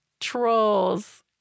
Trolls